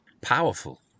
Powerful